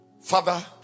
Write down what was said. Father